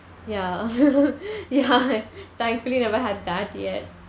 ya ya thankfully never had that yet